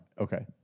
Okay